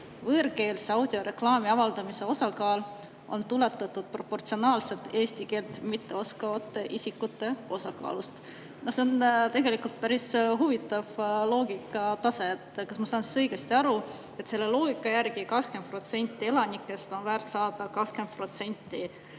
võõrkeelse audioreklaami avaldamise osakaal on tuletatud proportsionaalselt eesti keelt mitteoskavate isikute osakaalust. No see on tegelikult päris huvitav loogika tase. Kas ma saan õigesti aru, et selle loogika järgi 20% elanikest on väärt saada 20%